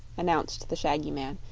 announced the shaggy man,